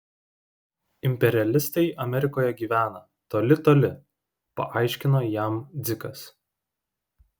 imperialistai amerikoje gyvena toli toli paaiškino jam dzikas